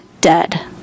dead